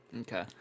Okay